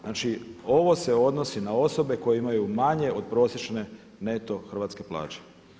Znači, ovo se odnosi na osobe koje imaju manje od prosječne neto hrvatske plaće.